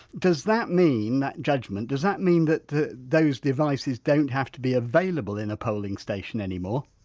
does that mean, that judgement, does that mean that those devices don't have to be available in a polling station anymore?